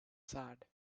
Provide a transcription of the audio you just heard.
sad